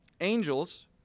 angels